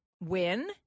win